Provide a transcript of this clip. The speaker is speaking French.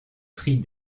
prix